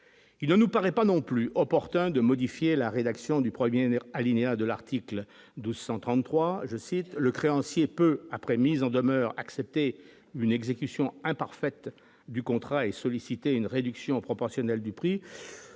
il ne nous paraît pas non plus opportun de modifier la rédaction du 1er alinéa de l'article 233 je cite le créancier peu après mise en demeure, accepter une exécution imparfaite du contrat et solliciter une réduction proportionnelle du prix